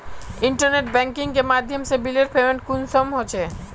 Internet banking के माध्यम से बिलेर पेमेंट कुंसम होचे?